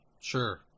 sure